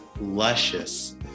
luscious